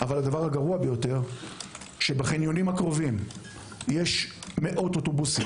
אבל הדבר הגרוע ביותר הוא שבחניונים הקרובים יש מאות אוטובוסים.